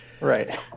right